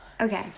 Okay